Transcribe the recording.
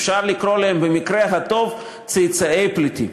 אפשר לקרוא להם, במקרה הטוב, צאצאי פליטים.